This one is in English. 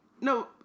No